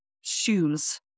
shoes